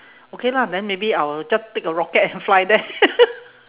okay lah then maybe I will just take a rocket and fly there